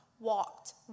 walked